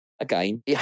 again